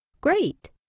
Great